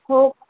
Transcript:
हो